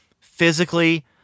physically